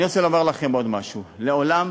אני רוצה לומר לכם עוד משהו: לעולם